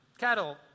Cattle